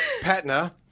Patna